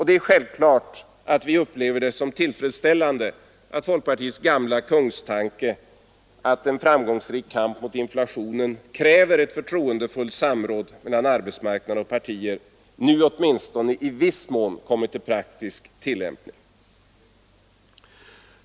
Det är sjävklart att vi upplever det som tillfredsställande att folkpartiets gamla kungstanke att en framgångsrik kamp mot inflationen kräver ett förtroendefullt samråd mellan arbetsmarknad och partier åtminstone i viss mån kommit i praktisk tillämpning.